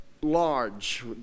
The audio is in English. large